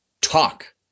talk